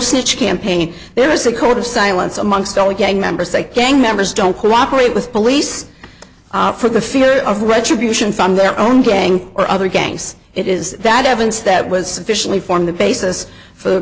snitch campaign there is a code of silence amongst all the gang member state gang members don't cooperate with police for the fear of retribution from their own gang or other gangs it is that evidence that was sufficiently formed the basis